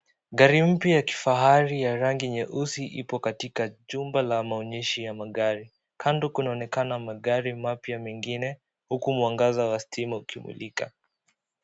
Gari mpya ya kifahari ya rangi nyeusi iko katika chumba cha maonyeshi cha magari kando kunaonekana magari mpya mengine huku mwangaza wa stima ukimulika